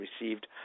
received